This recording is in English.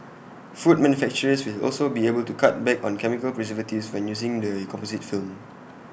food manufacturers will also be able to cut back on chemical preservatives when using the composite film